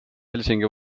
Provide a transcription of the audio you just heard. helsingi